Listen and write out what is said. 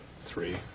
Three